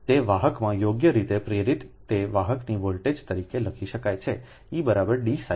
તેથી તે વાહકમાં યોગ્ય રીતે પ્રેરિત તે વાહકની વોલ્ટેજ તરીકે લખી શકાય છે E dψdtવોલ્ટ